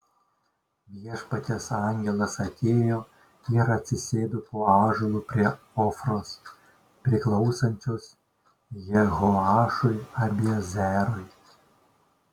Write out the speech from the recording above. viešpaties angelas atėjo ir atsisėdo po ąžuolu prie ofros priklausančios jehoašui abiezerui